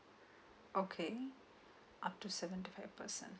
okay up to seventy five percent